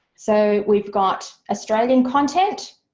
so we've got australian content,